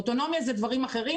אוטונומיה זה דברים אחרים.